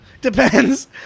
Depends